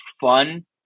fun